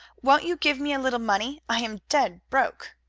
won't you give me a little money? i am dead broke.